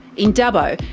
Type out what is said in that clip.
in dubbo,